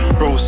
Bro